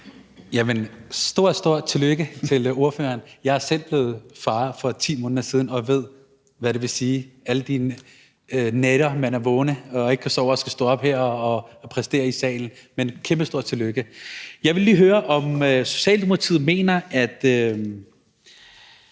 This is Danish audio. Stort, stort tillykke til ordføreren. Jeg er selv blevet far for 10 måneder siden og ved, hvad det vil sige – alle de nætter, man er vågen og ikke kan sove, og når man bagefter skal stå op og præstere her i salen. Men kæmpestort tillykke. Jeg vil lige høre, om Socialdemokratiet mener, at